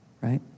right